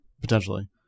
Potentially